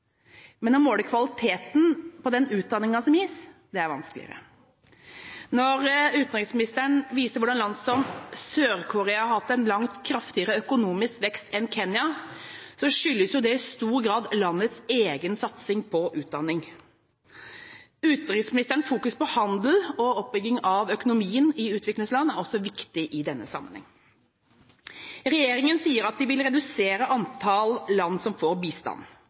men å måle kvaliteten på den utdanninga som gis, er vanskeligere. Når utenriksministeren viser hvordan land som Sør-Korea har hatt en langt kraftigere økonomisk vekst enn Kenya, skyldes det i stor grad landets egen satsing på utdanning. Utenriksministerens fokus på handel og oppbygging av økonomien i utviklingsland er også viktig i denne sammenheng. Regjeringa sier at de vil redusere antall land som får bistand,